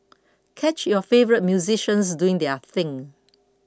catch your favourites musicians doing their thing